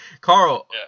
Carl